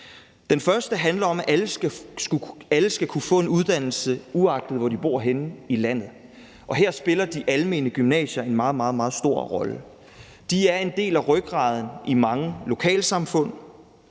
Den første handler om, at alle skal kunne få en uddannelse, uagtet hvor de bor henne i landet. Her spiller de almene gymnasier en meget, meget stor rolle. De er en del af rygraden i mange lokalsamfund.